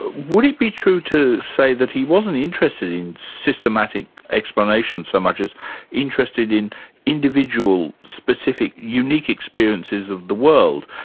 would it be true to say that he wasn't interested in systematic explanations so much as interested in individual, specific, unique experiences of the world,